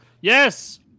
Yes